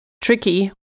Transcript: tricky